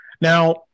now